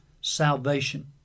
salvation